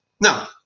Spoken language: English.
Now